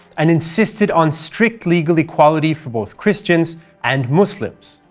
and insisted on strict legal equality for both christians and muslims.